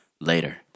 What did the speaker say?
Later